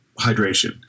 hydration